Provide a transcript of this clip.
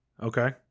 Okay